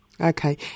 Okay